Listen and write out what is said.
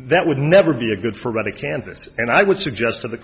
that would never be a good for reading kansas and i would suggest to the